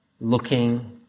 looking